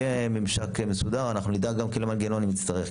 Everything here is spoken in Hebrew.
שיהיה ממשק מסודר ואנחנו נדאג למנגנון אם נצטרך,